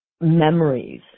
memories